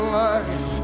life